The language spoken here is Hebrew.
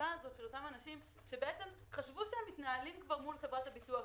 המצוקה הזאת של אותם אנשים שבעצם חשבו שהם מתנהלים כבר מול חברת הביטוח,